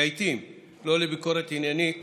לעיתים לא לביקורת עניינית